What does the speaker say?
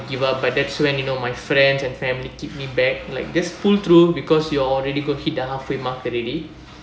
give up but that's when you know my friends and family keep me back like just pull through because you already got hit half way mark already